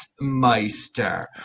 Meister